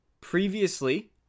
previously